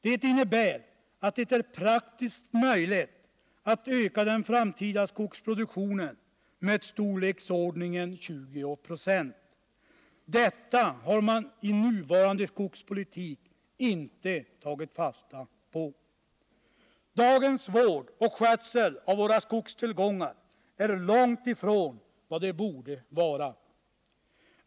Det innebär att det är praktiskt möjligt att öka den framtida skogsproduktionen med storleksordningen 20 26. Detta har man i nuvarande skogspolitik inte tagit fasta på. Dagens vård och skötsel av våra skogstillgångar är långt ifrån vad de borde vara.